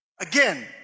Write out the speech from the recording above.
Again